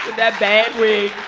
that bad wig.